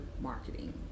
marketing